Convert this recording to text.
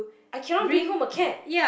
I cannot bring home a cat